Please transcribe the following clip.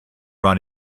run